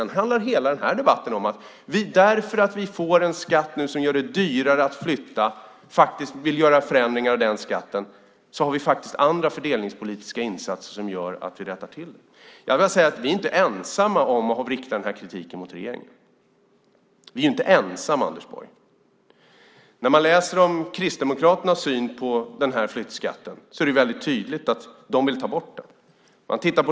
Nu handlar hela denna debatt om att vi i Sverige har en skatt som gör det dyrare att flytta och att vi vill göra förändringar av den skatten, och vi har faktiskt andra fördelningspolitiska insatser som gör att vi rättar till det. Vi är inte ensamma om att rikta denna kritik mot regeringen, Anders Borg. När man läser om Kristdemokraternas syn på denna flyttskatt är det tydligt att de vill ta bort den.